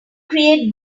create